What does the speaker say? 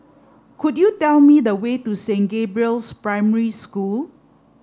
could you tell me the way to Saint Gabriel's Primary School